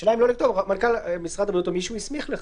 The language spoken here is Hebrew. השאלה אם לא לכתוב רק מנכ"ל משרד הבריאות או מי שהוא הסמיך לכך.